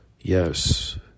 Yes